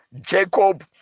jacob